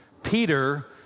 Peter